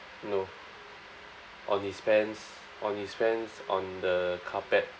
no on his pants on his friend's on the carpet